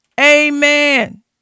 Amen